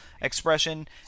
expression